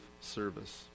service